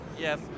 yes